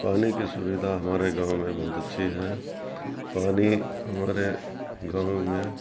پانی کی سویدھا ہمارے گاؤں میں بہت اچھی ہے پانی ہمارے گاؤں میں